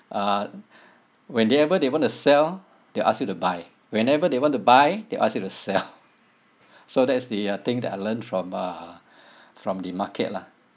uh when they ever they want to sell they ask you to buy whenever they want to buy they ask you to sell so that's the uh thing that I learned from uh from the market lah